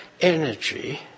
energy